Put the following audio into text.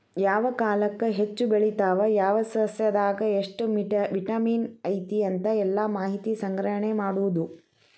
ಯಾವ ಕಾಲಕ್ಕ ಹೆಚ್ಚ ಬೆಳಿತಾವ ಯಾವ ಸಸ್ಯದಾಗ ಎಷ್ಟ ವಿಟಮಿನ್ ಐತಿ ಅಂತ ಎಲ್ಲಾ ಮಾಹಿತಿ ಸಂಗ್ರಹಣೆ ಮಾಡುದು